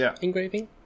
engraving